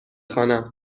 خوانم